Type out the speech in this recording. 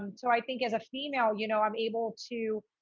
um so i think as a female, you know, i'm able to